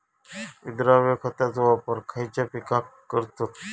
विद्राव्य खताचो वापर खयच्या पिकांका करतत?